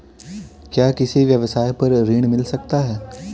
क्या किसी व्यवसाय पर ऋण मिल सकता है?